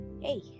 Hey